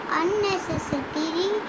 unnecessary